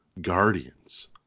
Guardians